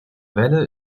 wälle